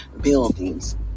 buildings